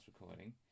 recording